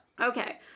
okay